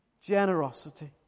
Generosity